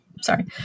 Sorry